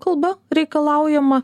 kalba reikalaujama